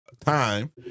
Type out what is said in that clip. time